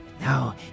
No